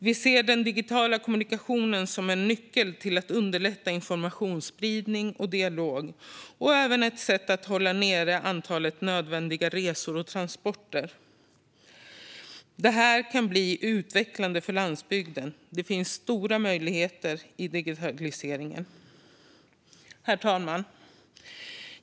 Vi ser den digitala kommunikationen som en nyckel till att underlätta informationsspridning och dialog och även som ett sätt att hålla nere antalet nödvändiga resor och transporter. Detta kan bli utvecklande för landsbygden. Det finns stora möjligheter i digitaliseringen. Herr talman!